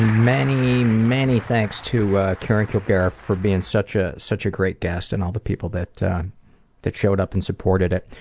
many, many thanks to karen kilgariff for being such ah such a great guest, and all the people that that showed up and supported it.